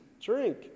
Drink